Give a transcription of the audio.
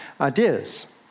ideas